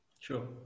Sure